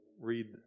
read